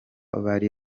bari